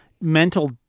mental